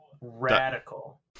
Radical